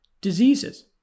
diseases